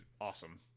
awesome